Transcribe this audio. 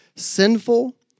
Sinful